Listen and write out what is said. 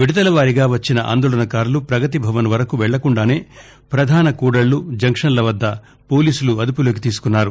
విడతల వారీగా వచ్చిన ఆందోళన కారులు ప్రగతిభవన్ వరకు వెళ్లకుండానే ప్రధాన కూడళ్లు జంక్షన్ల వద్ద పోలీసులు అదుపులోకి తీసుకున్నారు